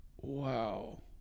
wow